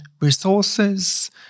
resources